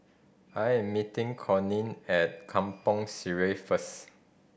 I'm meeting Corinne at Kampong Sireh first